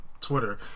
Twitter